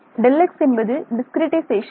Δx என்பது டிஸ்கிரிட்டைசேஷன்